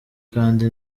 kandi